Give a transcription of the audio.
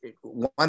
One